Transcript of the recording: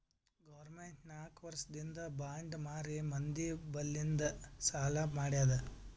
government ನಾಕ್ ವರ್ಷಿಂದ್ bond ಮಾರಿ ಮಂದಿ ಬಲ್ಲಿಂದ್ ಸಾಲಾ ಮಾಡ್ಯಾದ್